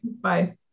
Bye